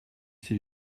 ces